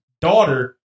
daughter